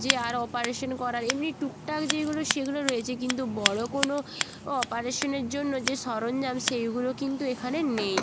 যে আর অপারেশন করার এমনি টুকটাক যেইগুলো সেগুলো রয়েছে কিন্তু বড়ো কোনো অপারেশানের জন্য যে সরঞ্জাম সেইগুলো কিন্তু এখানে নেই